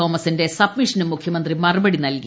തോമസിന്റെ സബ്മിഷന് മുഖ്യമന്ത്രി മറുപടി നൽകി